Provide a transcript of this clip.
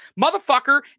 Motherfucker